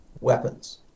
weapons